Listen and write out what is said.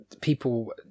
people